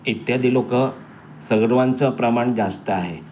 इत्यादी लोकं सर्वांचं प्रमाण जास्त आहे